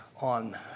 on